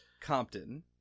Compton